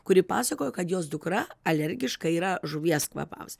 kuri pasakojo kad jos dukra alergiška yra žuvies kvapams